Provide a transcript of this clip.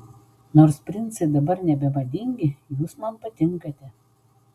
nors princai dabar nebemadingi jūs man patinkate